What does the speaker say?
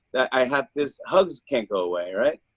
i have this hugs can't go away, right?